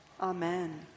Amen